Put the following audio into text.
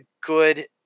good